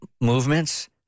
movements